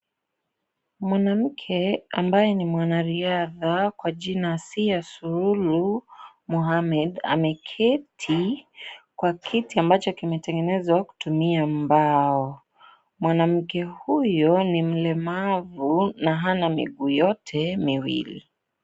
Mwanamke, ambaye ni mwanariadha, kwa jina Ziasulu Muhamed. Ameketi kwa kiti ambacho kimetengenezwa kutumia mbao. Mwanamke huyo ni mlemavu na hana miguu yote miwili.